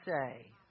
say